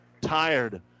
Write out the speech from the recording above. tired